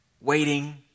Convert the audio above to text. waiting